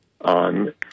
on